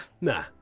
Nah